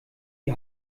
die